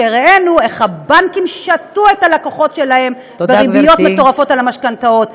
שהראינו איך הבנקים שתו את הלקוחות שלהם בריביות מטורפות על המשכנתאות.